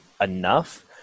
enough